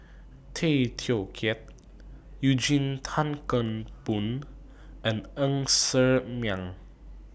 Tay Teow Kiat Eugene Tan Kheng Boon and Ng Ser Miang